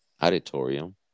Auditorium